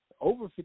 over